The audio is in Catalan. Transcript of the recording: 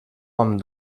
amb